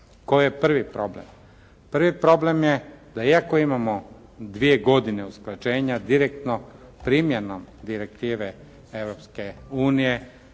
Koji je prvi problem? Prvi problem je da iako imamo dvije godine usklađenja direktno primjenom direktive